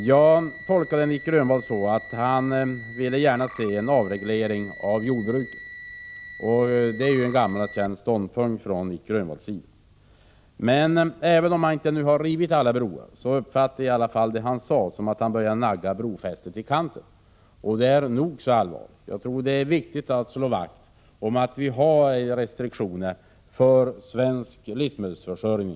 Jag tolkade honom så, att han gärna ville se att det blev en avreglering av jordbruket. Det är ju en gammal känd ståndpunkt hos Nic Grönvall. Även om han nu inte har rivit alla broar, uppfattade jag honom som att han börjat nagga brofästet i kanten, och det är nog så allvarligt. Jag tror att det är viktigt att vi slår vakt om restriktioner för svensk livsmedelsförsörjning.